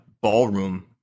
ballroom